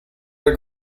were